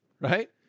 right